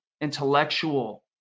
intellectual